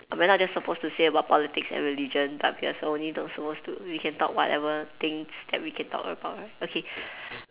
we're not just supposed to say about politics and religion but we are also only those supposed to we can talk whatever things that we can talk about right okay